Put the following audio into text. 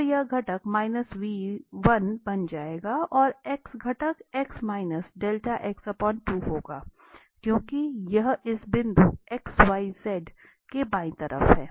तो यह घटक बन जाएगा और x घटक होगा क्योंकि यह इस बिंदु x y z के बाईं तरफ है